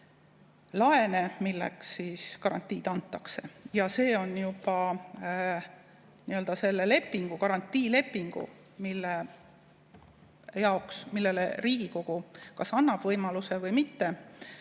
laene, millele garantii antakse. See on juba selle garantiilepingu, millele Riigikogu kas annab võimaluse või mitte,